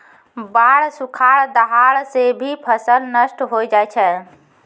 बाढ़, सुखाड़, दहाड़ सें भी फसल नष्ट होय जाय छै